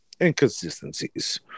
inconsistencies